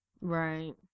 Right